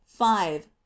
five